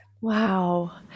Wow